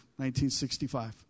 1965